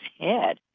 head